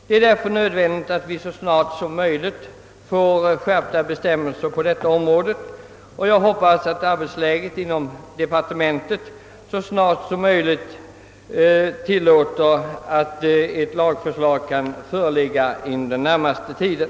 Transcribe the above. Det är nödvändigt att vi så snart som möjligt får skärpta bestämmelser på detta område, och jag hoppas att arbetsläget inom departementet tillåter att ett lagförslag föreläggs riksdagen inom den närmaste tiden.